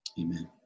Amen